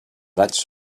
raig